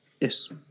Yes